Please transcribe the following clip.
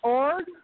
org